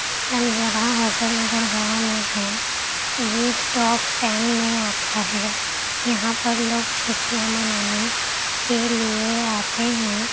لنگزرا hotel Gurgaon میں ہے یہ ٹاپ ٹین میں آتا ہے یہاں پر لوگ چھٹیاں منانے کے لیے آتے ہیں